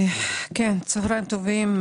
צהריים טובים.